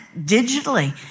digitally